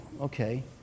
okay